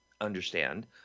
understand